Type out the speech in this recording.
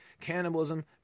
cannibalism